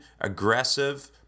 aggressive